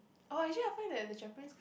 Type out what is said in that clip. oh actually I find that the Japanese